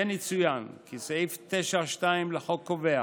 כמו כן יצוין כי סעיף 9(2) לחוק קובע